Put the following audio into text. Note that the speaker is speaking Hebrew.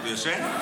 הוא ישן?